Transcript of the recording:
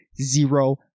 Zero